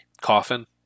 coffin